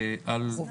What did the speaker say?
אשרות?